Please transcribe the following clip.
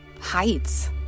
heights